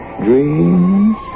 dreams